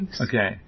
okay